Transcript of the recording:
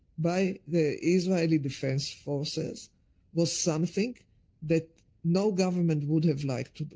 by the israeli defense forces was something that no government would have liked to do,